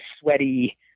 sweaty